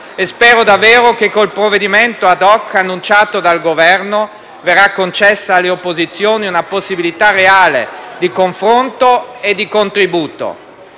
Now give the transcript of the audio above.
spero davvero che, con il provvedimento *ad hoc* annunciato dal Governo, verrà concessa alle opposizioni una possibilità reale di confronto e di contributo.